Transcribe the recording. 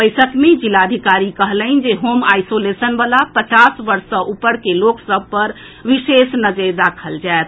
बैसक मे जिलाधिकारी कहलनि जे होम आईसोलेशन वला पचास वर्ष सँ ऊपर के लोक सभ पर विशेष नजरि राखल जाएत